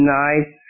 nice